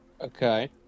Okay